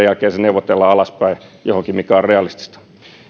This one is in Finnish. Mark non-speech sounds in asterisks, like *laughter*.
*unintelligible* jälkeen se neuvotellaan alaspäin johonkin mikä on realistista